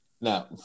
now